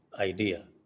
idea